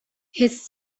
his